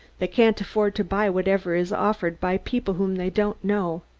they can't afford to buy whatever is offered by people whom they don't know.